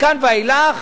מכאן ואילך